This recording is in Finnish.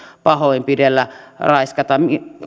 pahoinpidellä raiskata